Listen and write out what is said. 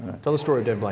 tell the story, david. like